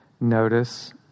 Notice